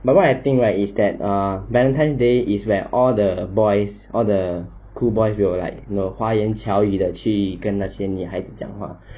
but what I think right if that are valentine's day is where all the boys all the cool boys will like will 花言巧语的去跟那些女孩子讲话